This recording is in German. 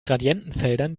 gradientenfeldern